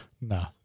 No